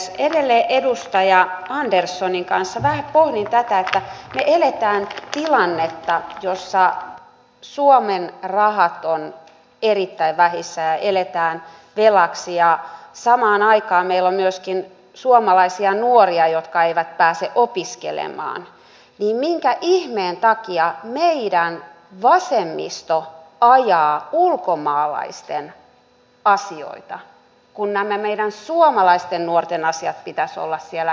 kun edelleen edustaja anderssonin kanssa vähän pohdin tätä että me elämme tilannetta jossa suomen rahat ovat erittäin vähissä ja eletään velaksi ja samaan aikaan meillä on myöskin suomalaisia nuoria jotka eivät pääse opiskelemaan niin minkä ihmeen takia meidän vasemmisto ajaa ulkomaalaisten asioita kun näiden meidän suomalaisten nuorten asioiden pitäisi olla siellä tärkeimpänä